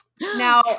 Now